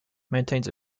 maintains